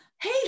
Hey